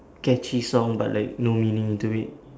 catchy song but like no meaning into it